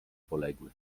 poległy